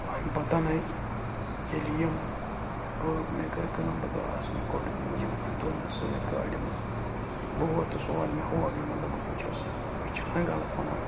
اَمہِ پَتَنے ییٚلہِ یِم بہٕ مےٚ کٔر کٲم بہٕ دراس مےٚ کوٚڑ یہِ تُل مےٚ سۭتۍ گاڑِ منٛز بہٕ ووٚتُس اور مےٚ ہوو یِمَن دوٚپمکھ وٕچھِو سَا أسۍ چھَ وَنۍ غلط وَنان